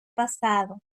pasado